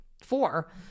Four